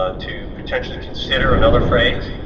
ah to potentially consider another phrase.